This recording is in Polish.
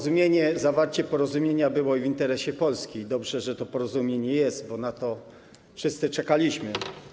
Zawarcie porozumienia było w interesie Polski i dobrze, że to porozumienie jest, bo na to wszyscy czekaliśmy.